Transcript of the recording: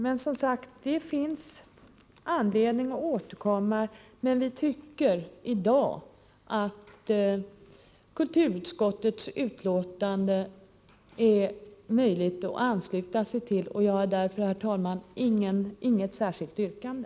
Det finns som sagt anledning att återkomma, men vi tycker i dag att man kan ansluta sig till kulturutskottets förslag. Jag har därför, herr talman, inget särskilt yrkande.